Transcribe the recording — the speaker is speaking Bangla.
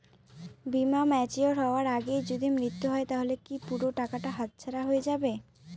বীমা ম্যাচিওর হয়ার আগেই যদি মৃত্যু হয় তাহলে কি পুরো টাকাটা হাতছাড়া হয়ে যাবে?